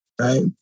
Right